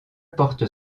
porte